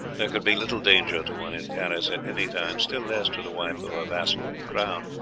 there could be little danger to one in paris at any time, still less to the wife of a vassal of the crown,